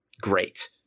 great